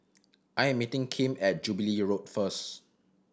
I am meeting Kim at Jubilee Road first